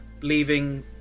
Leaving